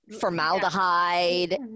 formaldehyde